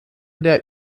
der